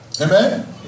Amen